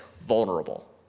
vulnerable